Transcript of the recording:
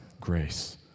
grace